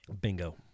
Bingo